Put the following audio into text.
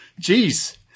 Jeez